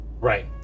Right